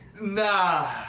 Nah